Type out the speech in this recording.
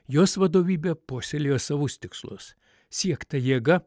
jos vadovybė puoselėjo savus tikslus siekta jėga